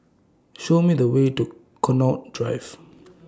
Show Me The Way to Connaught Drive